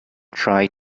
try